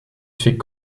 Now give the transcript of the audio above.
fait